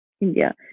India